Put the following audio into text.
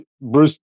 Bruce